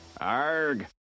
arg